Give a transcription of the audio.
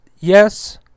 Yes